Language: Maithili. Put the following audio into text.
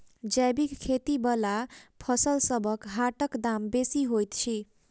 जैबिक खेती बला फसलसबक हाटक दाम बेसी होइत छी